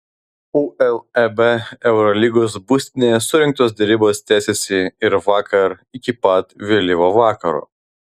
uleb eurolygos būstinėje surengtos derybos tęsėsi ir vakar iki pat vėlyvo vakaro